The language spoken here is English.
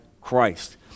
Christ